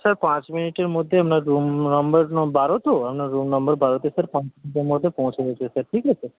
sir পাঁচ মিনিটের মধ্যে আপনার রুম নাম্বার বারো তো আপনার রুম নাম্বার বারোতে স্যার পাঁচ মিনিটের মধ্যে পৌঁছে যাচ্ছে স্যার ঠিক আছে